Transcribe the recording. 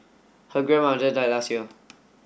her grandmother died last year